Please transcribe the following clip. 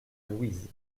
louise